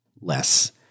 less